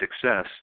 success